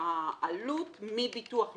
זו העלות מביטוח לאומי.